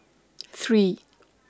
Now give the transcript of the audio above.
three